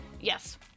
Yes